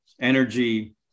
energy